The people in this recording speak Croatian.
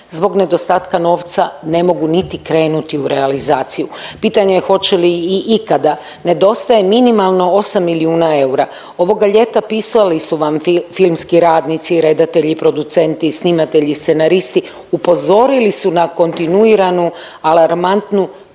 zbog nedostatka novca ne mogu niti krenuti u realizaciju. Pitanje je hoće li i ikada. Nedostaje minimalno 8 milijuna eura. Ovoga ljeta pisali su vam filmski radnici, redatelji, producenti, snimatelji, scenaristi. Upozorili su na kontinuiranu alarmantnu